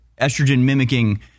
estrogen-mimicking